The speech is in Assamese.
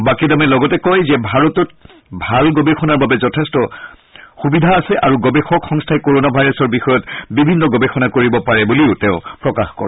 বাকেডামে লগতে কয় যে ভাৰতত ভাল গৱেষণাৰ বাবে যথেষ্ট সামৰ্থ্য আছে আৰু গৱেষক সংস্থাই কৰণা ভাইৰাছৰ বিষয়ত বিভিন্ন গৱেষণা কৰিব পাৰে বুলিও তেওঁ প্ৰকাশ কৰে